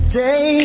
day